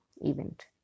event